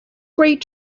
great